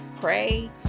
pray